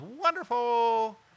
wonderful